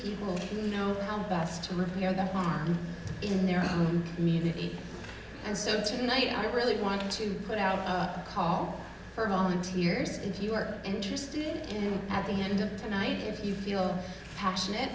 people who know how best to repair the harm in their community and so tonight i really want to put out a call for volunteers if you are interested in at the end of tonight if you feel passionate